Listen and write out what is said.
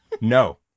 No